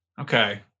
Okay